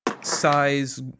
size